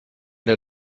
der